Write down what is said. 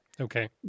Okay